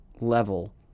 level